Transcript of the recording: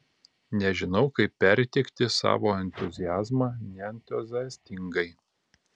nežinau kaip perteikti savo entuziazmą neentuziastingai